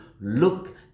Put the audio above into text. look